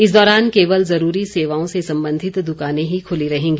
इस दौरान केवल जरूरी सेवाओं से संबंधित दुकानें ही खुली रहेंगी